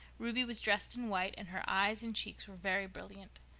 ruby was dressed in white and her eyes and cheeks were very brilliant.